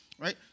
right